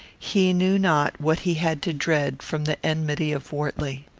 he knew not what he had to dread from the enmity of wortley.